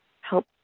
help